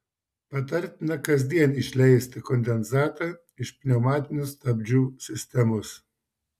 patartina kasdien išleisti kondensatą iš pneumatinių stabdžių sistemos